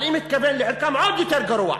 אבל אם התכוון לחלקם, עוד יותר גרוע.